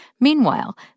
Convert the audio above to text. Meanwhile